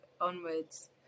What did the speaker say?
onwards